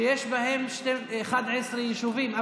שיש בהן 11 יישובים,